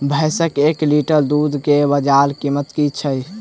भैंसक एक लीटर दुध केँ बजार कीमत की छै?